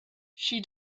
she